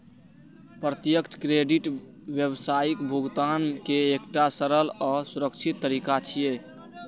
प्रत्यक्ष क्रेडिट व्यावसायिक भुगतान के एकटा सरल आ सुरक्षित तरीका छियै